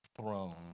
throne